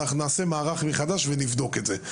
אנחנו נעשה מערך מחדש ונבדוק את זה.